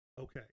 Okay